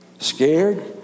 Scared